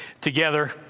together